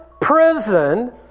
prison